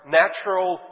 natural